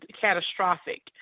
catastrophic